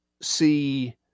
see